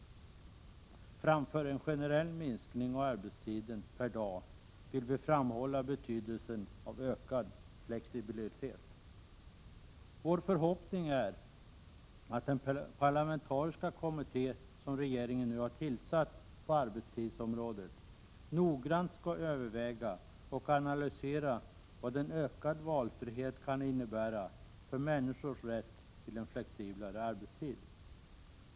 Vi föredrar ökad flexibilitet framför en generell minskning av arbetstiden per dag och vill framhålla betydelsen härav. Vår förhoppning är att den parlamentariska kommitté som regeringen har tillsatt på arbetstidsområdet noggrant skall överväga och analysera vad en ökad valfrihet kan innebära för människors rätt till en flexiblare arbetstid.